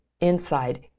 inside